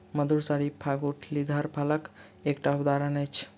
मधुर शरीफा गुठलीदार फलक एकटा उदहारण अछि